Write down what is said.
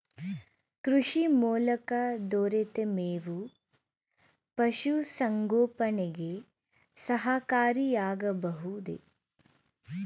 ಕೃಷಿ ಮೂಲಕ ದೊರೆತ ಮೇವು ಪಶುಸಂಗೋಪನೆಗೆ ಸಹಕಾರಿಯಾಗಬಹುದೇ?